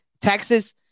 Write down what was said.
Texas